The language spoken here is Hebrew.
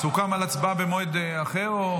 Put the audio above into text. סוכם על הצבעה במועד אחר?